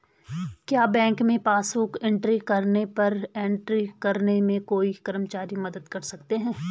क्या बैंक में passbook book entry machine पर एंट्री करने में कोई कर्मचारी मदद कर सकते हैं?